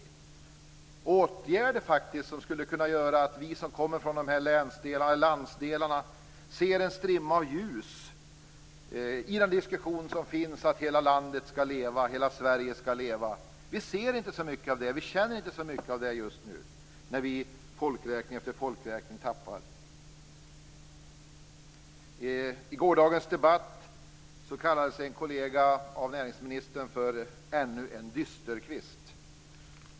Det behövs åtgärder som skulle kunna göra att vi som kommer från dessa delar av landet ser en strimma av ljus i diskussionen om att hela landet skall leva, hela Sverige skall leva. Vi ser inte så mycket av det, och vi känner inte så mycket av det just nu, när vi i folkräkning efter folkräkning tappar befolkning. I gårdagens debatt kallade näringsministern en kollega "ännu en dysterkvist".